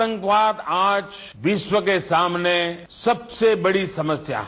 आतंकवाद आज विश्व के सामने सबसे बड़ी समस्या है